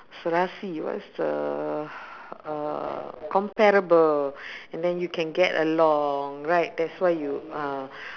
serasi what's the uh comparable and then you can get along right that's why you ah